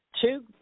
two